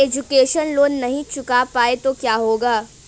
Education loan नहीं चुका पाए तो क्या होगा?